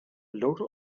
local